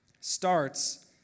starts